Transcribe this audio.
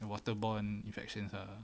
the water borne infections ah